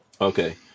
okay